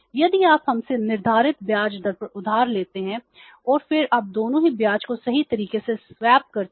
यदि आप हमसे निर्धारित ब्याज दर पर उधार लेते हैं और फिर आप दोनों ही ब्याज को सही तरीके से स्वैप करते हैं